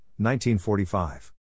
1945